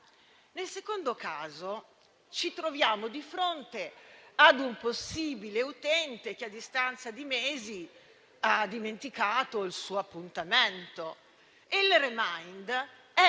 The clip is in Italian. Nel secondo caso, ci troviamo di fronte a un possibile utente che, a distanza di mesi, ha dimenticato il suo appuntamento. E il *remind* è